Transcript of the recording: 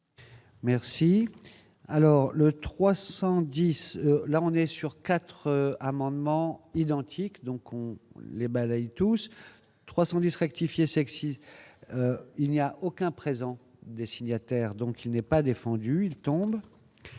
Merci. Alors, le 310, là on est sur 4 amendements identiques, donc les balaye tous 310 rectifier sexy, il n'y a aucun présent des signataires, donc il n'est pas défendu ils tombe